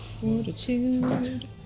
Fortitude